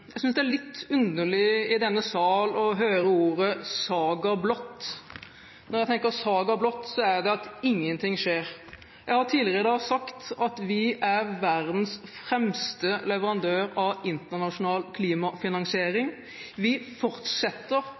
Jeg synes det er litt underlig i denne sal å høre uttrykket «en saga blott» – når jeg tenker «en saga blott», er det at ingenting skjer. Jeg har tidligere i dag sagt at vi er verdens fremste leverandør av internasjonal klimafinansiering. Vi fortsetter